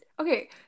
okay